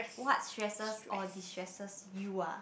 what stresses or destresses you ah